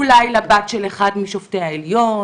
אולי לבת של אחד משופטי העליון,